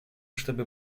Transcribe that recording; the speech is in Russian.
чтобы